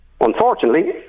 Unfortunately